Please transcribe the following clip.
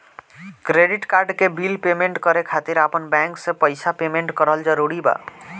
Credit card के bill payment करे खातिर आपन बैंक से पईसा पेमेंट करल जरूरी बा?